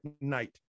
night